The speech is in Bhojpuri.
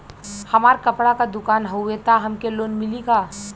हमार कपड़ा क दुकान हउवे त हमके लोन मिली का?